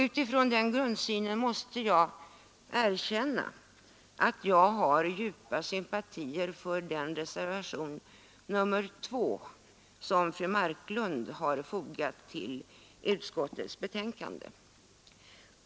Utifrån den grundsynen måste jag erkänna att jag har djupa sympatier för den reservation, nr 2, som fru Marklund har fogat till utskottets betänkande.